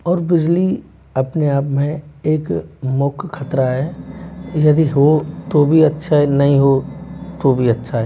और बिजली अपने आप में एक मुख्य ख़तरा है यदि हो तो भी अच्छा है नहीं हो तो भी अच्छा है